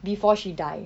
before she die